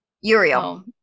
Uriel